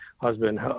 husband